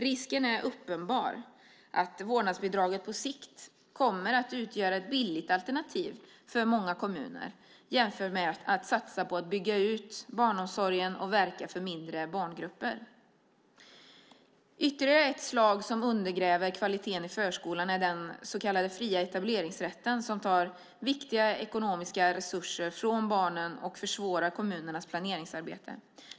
Risken är uppenbar att vårdnadsbidraget på sikt kommer att utgöra ett billigt alternativ för många kommuner jämfört med att satsa på att bygga ut barnomsorgen och verka för mindre barngrupper. Ytterligare ett slag som undergräver kvaliteten i förskolan är den så kallade fria etableringsrätten som tar viktiga ekonomiska resurser från barnen och försvårar kommunernas planeringsarbete.